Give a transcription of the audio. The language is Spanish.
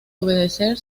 obedecer